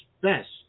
best